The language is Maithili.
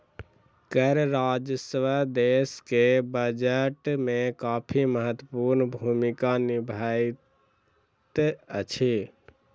कर राजस्व देश के बजट में काफी महत्वपूर्ण भूमिका निभबैत अछि